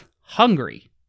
hungry